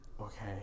okay